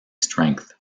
strength